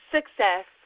Success